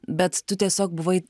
bet tu tiesiog buvai